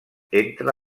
entre